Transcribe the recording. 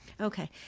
Okay